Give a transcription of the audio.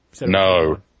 No